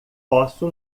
posso